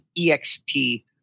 EXP